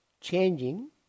changing